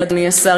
אדוני השר.